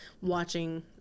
watching